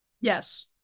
yes